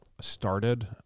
started